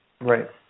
Right